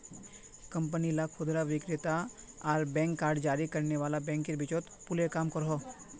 company ला खुदरा विक्रेता आर बैंक कार्ड जारी करने वाला बैंकेर बीचोत पूलेर काम करोहो